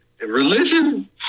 religion